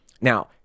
Now